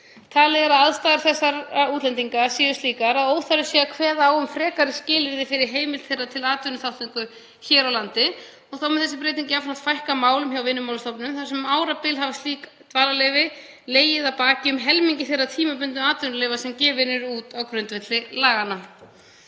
Talið er að aðstæður þessara útlendinga séu slíkar að óþarfi sé að kveða á um frekari skilyrði fyrir heimild þeirra til atvinnuþátttöku hér á landi. Þá mun þessi breyting jafnframt fækka málum hjá Vinnumálastofnun þar sem um árabil hafa slík dvalarleyfi legið að baki um helmingi þeirra tímabundnu atvinnuleyfa sem gefin eru út á grundvelli laganna.